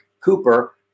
Cooper